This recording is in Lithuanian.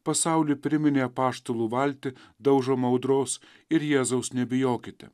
pasauliui priminė apaštalų valtį daužomą audros ir jėzaus nebijokite